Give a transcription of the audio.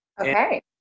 Okay